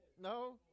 No